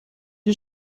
you